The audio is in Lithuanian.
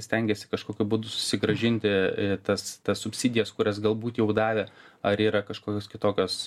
stengiasi kažkokiu būdu susigrąžinti tas tas subsidijas kurias galbūt jau davė ar yra kažkokios kitokios